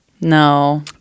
No